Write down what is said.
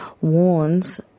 warns